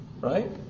right